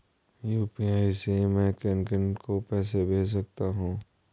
UPI से मैं किन किन को पैसे भेज सकता हूँ?